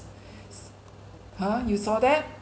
!huh! you saw that